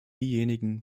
diejenigen